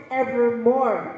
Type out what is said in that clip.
evermore